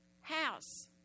house